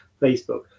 Facebook